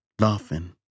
laughing